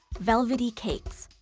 velvety cakes,